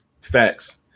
Facts